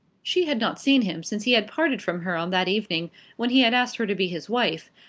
she had not seen him since he had parted from her on that evening when he had asked her to be his wife,